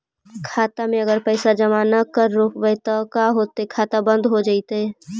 खाता मे अगर पैसा जमा न कर रोपबै त का होतै खाता बन्द हो जैतै?